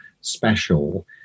special